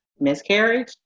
miscarriage